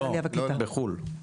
לא, בחו"ל.